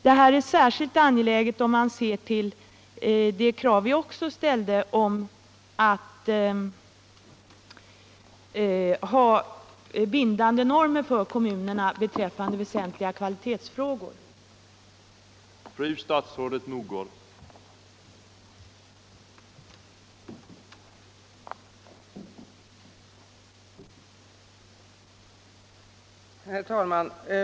Det här är särskilt angeläget med tanke på det krav vi också har ställt - Nr 18 på bindande normer för kommunerna beträffande väsentliga kvalitets Torsdagen den Herr talman!